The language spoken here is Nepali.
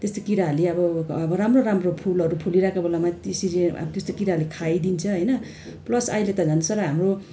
त्यस्तै कीराहरूले अब अब राम्रो राम्रो फुलहरू फुलिरहेको बेलामा त्यसरी अब त्यस्तो कीराहरूले खाइदिन्छ होइन प्लस अहिले त झन् साह्रो हाम्रो